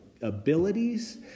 abilities